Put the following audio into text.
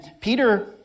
Peter